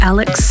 Alex